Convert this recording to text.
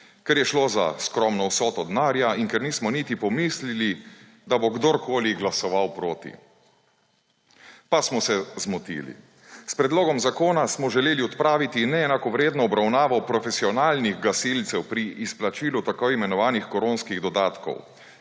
ker je šlo za skromno vsoto denarja in ker nismo niti pomislili, da bo kdorkoli glasoval proti, pa smo se zmotili. S predlogom zakona smo želeli odpraviti neenakovredno obravnavo profesionalnih gasilcih pri izplačilu tako imenovanih koronskih dodatkov.